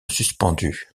suspendus